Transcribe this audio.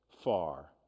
far